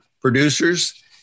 producers